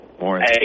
morning